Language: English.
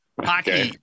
Hockey